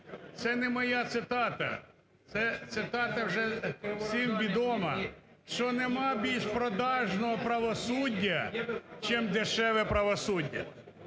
це не моя цитата, це цитата вже всім відома, що "немає більш продажного правосуддя, чим дешеве правосуддя".